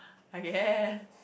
ah yes